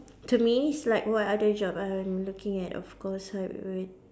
to me it's like what other job I'm looking at of course I would